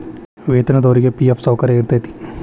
ವೇತನದೊರಿಗಿ ಫಿ.ಎಫ್ ಸೌಕರ್ಯ ಇರತೈತಿ